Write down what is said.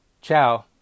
ciao